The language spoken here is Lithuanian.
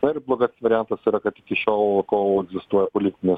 na ir blogasis variantas yra kad iki šiol kol egzistuoja politinis